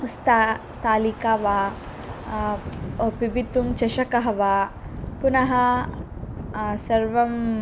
स्ता स्थालिका वा पिबतु चषकः वा पुनः सर्वं